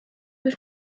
już